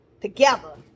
together